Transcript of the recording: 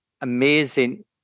amazing